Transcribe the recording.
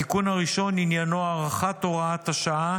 התיקון הראשון עניינו הארכת הוראת השעה